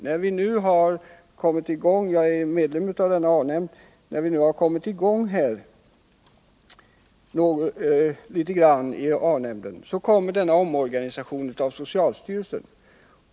När vi nu har kommit i gång litet — jag är medlem i denna A-nämnd — så börjar denna omorganisation av socialstyrelsen.